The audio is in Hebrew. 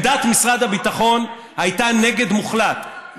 עמדת משרד הביטחון הייתה נגד מוחלט,